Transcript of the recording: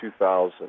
2000